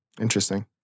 Interesting